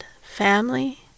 family